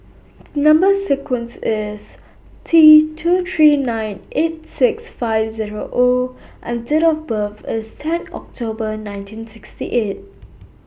Number sequence IS T two three nine eight six five Zero O and Date of birth IS ten October nineteen sixty eight